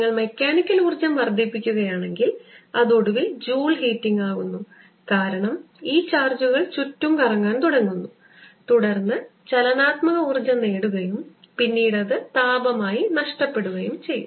നിങ്ങൾ മെക്കാനിക്കൽ ഊർജ്ജം വർദ്ധിപ്പിക്കുകയാണെങ്കിൽ അത് ഒടുവിൽ ജൂൾ ഹീറ്റിംഗ് ആകുന്നു കാരണം ഈ ചാർജുകൾ ചുറ്റും കറങ്ങാൻ തുടങ്ങുന്നു തുടർന്ന് ചലനാത്മക ഊർജ്ജം നേടുകയും പിന്നീട് അത് താപമായി നഷ്ടപ്പെടുകയും ചെയ്യും